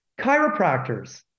Chiropractors